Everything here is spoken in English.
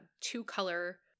two-color